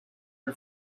her